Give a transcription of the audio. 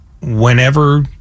whenever